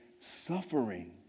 suffering